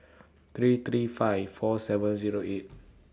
three three five four seven Zero eight